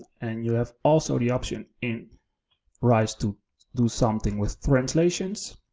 and you have also the option in rise to do something with translations.